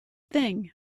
thing